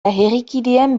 herrikideen